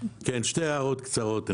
רק שתי הערות קצרות.